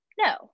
No